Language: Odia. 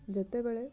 ଯେତେବେଳେ